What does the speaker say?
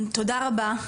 תודה רבה.